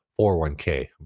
401k